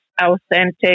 authentic